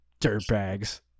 dirtbags